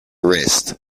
rest